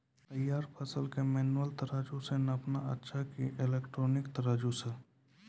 तैयार फसल के मेनुअल तराजु से नापना अच्छा कि इलेक्ट्रॉनिक तराजु से?